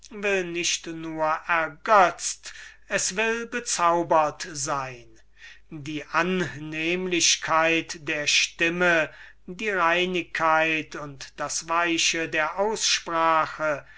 nicht nur ergötzt es will bezaubert sein die annehmlichkeit der stimme die reinigkeit und das weiche der aussprache